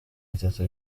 bitatu